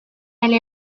elle